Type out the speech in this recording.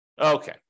Okay